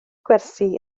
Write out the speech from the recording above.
gwersi